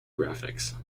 graphics